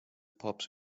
pubs